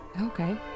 Okay